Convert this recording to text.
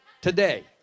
today